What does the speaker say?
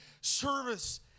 service